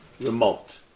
remote